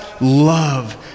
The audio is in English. love